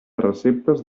receptes